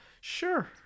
sure